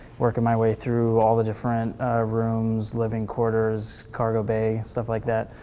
working my way through all the different rooms, living quarters, cargo bay, stuff like that.